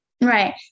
right